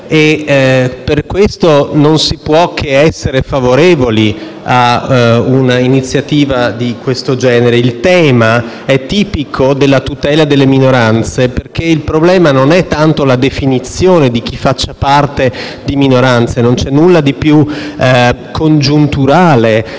per cui non si può che essere favorevoli a un'iniziativa di questo genere. Il tema è tipico della tutela delle minoranze perché il problema non è tanto la definizione di chi faccia parte di minoranze; non c'è nulla di più congiunturale,